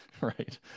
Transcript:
right